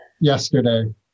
yesterday